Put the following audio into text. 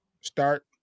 start